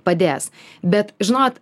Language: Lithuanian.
padės bet žinot